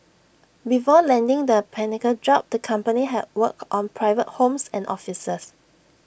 before landing the pinnacle job the company had worked on private homes and offices